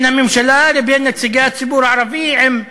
הממשלה ונציגי הציבור הערבים עם מומחים,